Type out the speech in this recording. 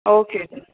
okay sir